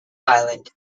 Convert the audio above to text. island